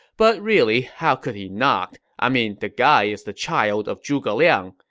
but really, how could he not? i mean, the guy is the child of zhuge liang,